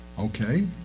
okay